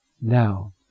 Now